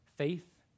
faith